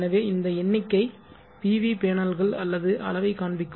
எனவே இந்த எண்ணிக்கை PV பேனல்கள் அல்லது அளவைக் காண்பிக்கும்